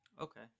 Okay